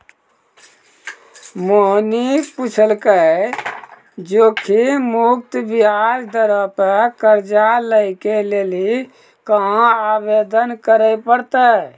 मोहिनी पुछलकै जोखिम मुक्त ब्याज दरो पे कर्जा लै के लेली कहाँ आवेदन करे पड़तै?